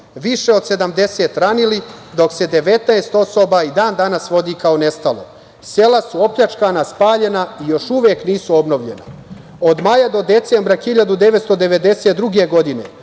više od 70 ranili, dok se 19 osoba i dan danas vodi kao nestalo. Sela su opljačkana, spaljena i još uvek nisu obnovljena. Od maja do decembra 1992. godine